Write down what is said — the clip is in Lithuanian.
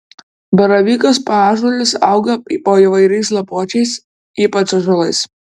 baravykas paąžuolis auga po įvairiais lapuočiais ypač ąžuolais